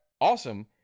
awesome